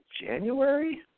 January